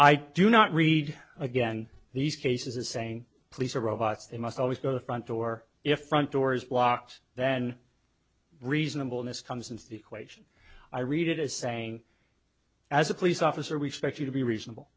i do not read again these cases is saying police are robots they must always go to the front door if front door is locked then reasonable in this comes into the equation i read it as saying as a police officer respects you to be reasonable